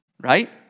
right